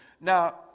Now